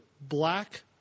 Black